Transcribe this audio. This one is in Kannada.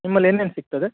ನಿಮ್ಮಲ್ಲಿ ಏನೇನು ಸಿಗ್ತದೆ